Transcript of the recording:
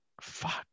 Fuck